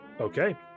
okay